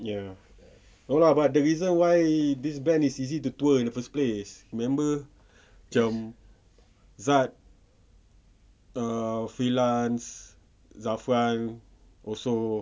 ya no lah but the reason why this band is easy to tour in the first place remember macam zad err freelance zafran also